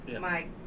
Mike